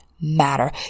matter